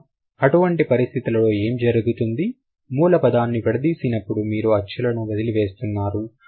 కావున అటువంటి పరిస్థితులలో ఏం జరుగుతుంది మూల పదాన్ని విడదీసినప్పుడు మీరు అచ్చులను వదిలి వేస్తున్నారు